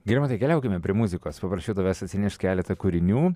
girmantai keliaukime prie muzikos paprašiau tavęs atsinešt keletą kūrinių